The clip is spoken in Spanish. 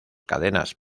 cadenas